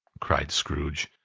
cried scrooge.